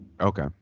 Okay